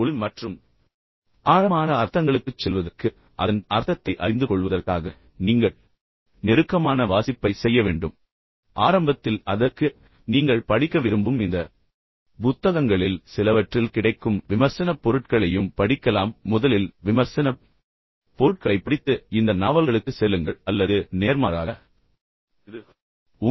எனவே உள் மற்றும் ஆழமான அர்த்தங்களுக்குச் செல்வதற்கு அதன் அர்த்தத்தை அறிந்து கொள்வதற்காக நீங்கள் நெருக்கமான வாசிப்பைச் செய்ய வேண்டும் உண்மையில் ஆரம்பத்தில் நெருக்கமான வாசிப்பைச் செய்வதற்காக நீங்கள் படிக்க விரும்பும் இந்த புத்தகங்களில் சிலவற்றில் கிடைக்கும் விமர்சனப் பொருட்களையும் நீங்கள் படிக்கலாம் நீங்கள் முதலில் விமர்சனப் பொருட்களைப் படித்து இந்த நாவல்களுக்குச் செல்லுங்கள் அல்லது நாவல்களைப் படித்து பின்னர் மெடீரியல்களை படிக்கவும்